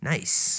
Nice